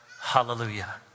hallelujah